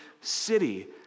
city